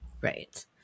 Right